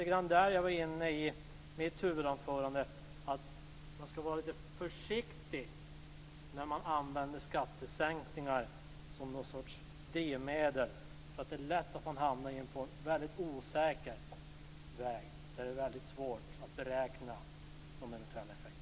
Jag var inne på det lite grann i mitt huvudanförande, att man skall vara lite försiktig när man använder skattesänkningar som någon sorts drivmedel. Det är lätt att man hamnar på en väldigt osäker väg där det är väldigt svårt att beräkna någon eventuell effekt.